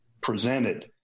presented